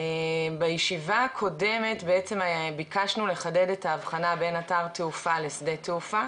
בישיבה הקודמת בעצם ביקשנו לחדד את האבחנה בין אתר תעופה לשדה תעופה,